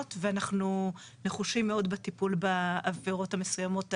ואנחנו נחושים מאוד בטפול בעבירות המסוימות האלה.